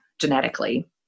genetically